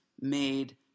made